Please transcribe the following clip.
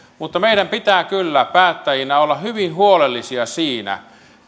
mutta meidän pitää kyllä päättäjinä olla hyvin huolellisia siinä